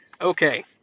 okay